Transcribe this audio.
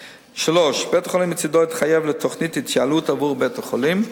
3. בית-החולים התחייב מצדו לתוכנית התייעלות לבית-החולים,